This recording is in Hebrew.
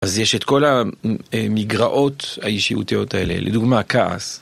אז יש את כל המגרעות האישיותיות האלה, לדוגמה כעס.